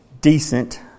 decent